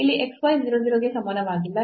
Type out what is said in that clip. ಇಲ್ಲಿ x y 0 0 ಗೆ ಸಮಾನವಾಗಿಲ್ಲ